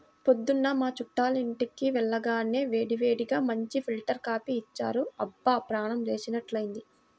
పొద్దున్న మా చుట్టాలింటికి వెళ్లగానే వేడివేడిగా మంచి ఫిల్టర్ కాపీ ఇచ్చారు, అబ్బా ప్రాణం లేచినట్లైంది